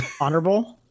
Honorable